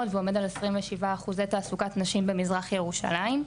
ועומד על 27% תעסוקת נשים במזרח ירושלים.